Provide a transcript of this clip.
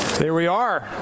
there we are.